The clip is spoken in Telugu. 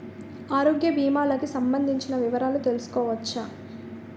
ఆరోగ్య భీమాలకి సంబందించిన వివరాలు తెలుసుకోవచ్చా?